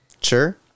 Sure